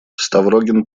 ставрогин